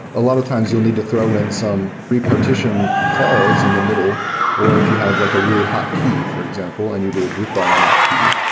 a lot of times you'll need to throw in some repartition calls in the middle or if you have like a really hot key, for example, and you do a group by on that key,